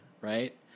right